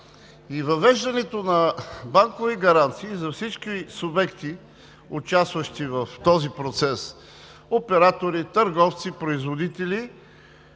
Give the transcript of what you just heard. и въвеждането на банкови гаранции за всички субекти, участващи в този процес – оператори, търговци производители,